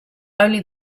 only